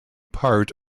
part